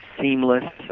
seamless